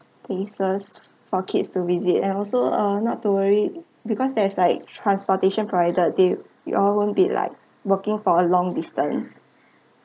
places for kids to visit and also uh not to worry because there's like transportation provided they you all won't be like walking for a long distance